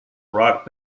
rock